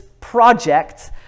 project